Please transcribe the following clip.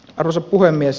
arvoisa puhemies